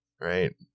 right